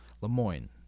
Lemoyne